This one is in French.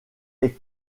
est